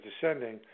descending